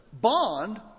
bond